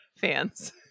fans